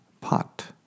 pot